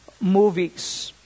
movies